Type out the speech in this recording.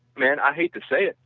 man, i hate to say it,